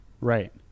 right